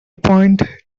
point